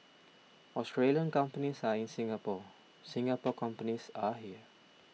Australian companies are in Singapore Singapore companies are here